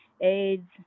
AIDS